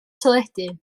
teledu